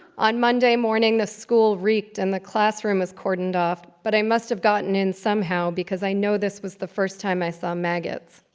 on monday morning, the school reeked and the classroom was cordoned off. but i must have gotten in somehow, because i know this was the first time i saw maggots.